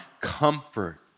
comfort